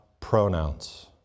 pronouns